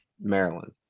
Maryland